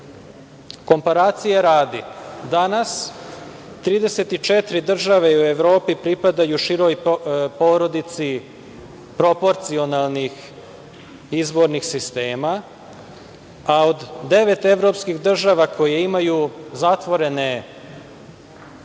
manjina. Komparacije radi, danas 34 države u Evropi pripadaju široj porodici proporcionalnih izbornih sistema, a od devet evropskih država koje imaju zatvorene